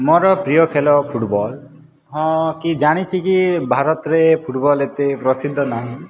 ମୋର ପ୍ରିୟ ଖେଲ ଫୁଟବଲ୍ ହଁ କି ଜାଣିଛି କି ଭାରତରେ ଫୁଟବଲ୍ ଏତେ ପ୍ରସିଦ୍ଧ ନାହିଁ